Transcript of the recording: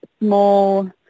small